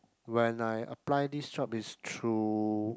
when I apply this job is through